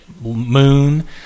moon